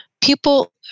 People